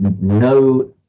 No